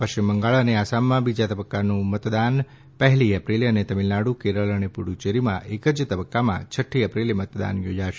પશ્ચિમ બંગાળ અને આસામમાં બીજા તબક્કાનું મતદાન પહેલી એપ્રિલે અને તામિલનાડુ કેરળ તથા પુડુંચેરીમાં એક જ તબક્કામાં છઠ્ઠી એપ્રિલે મતદાન યોજાશે